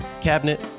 Cabinet